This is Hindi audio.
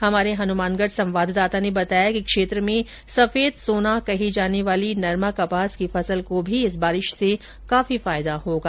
हमारे हनुमानगढ संवाददाता ने बताया कि क्षेत्र में सफेद सोना कहे जाने वाली नरमा कपास की फसल को भी इस बारिश से काफी फायदा होगा